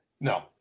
No